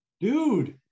Dude